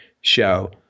show